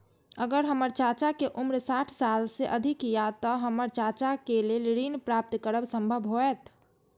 अगर हमर चाचा के उम्र साठ साल से अधिक या ते हमर चाचा के लेल ऋण प्राप्त करब संभव होएत?